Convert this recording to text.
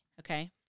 okay